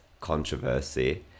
controversy